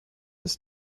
ist